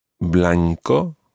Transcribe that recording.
Blanco